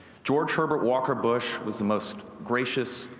george herbert walker bush was the most gracious,